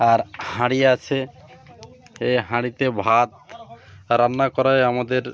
আর হাঁড়ি আছে এই হাঁড়িতে ভাত রান্না করাই আমাদের